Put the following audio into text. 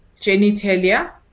genitalia